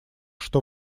что